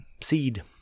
seed